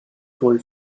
told